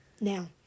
now